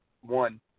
one